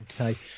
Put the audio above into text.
okay